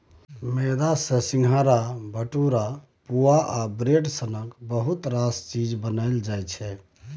मेदा सँ सिंग्हारा, भटुरा, पुआ आ ब्रेड सनक बहुत रास चीज बनाएल जाइ छै